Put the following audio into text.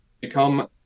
become